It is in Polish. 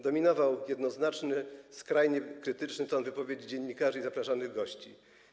Dominował jednoznaczny, skrajnie krytyczny ton wypowiedzi dziennikarzy i zapraszanych gości.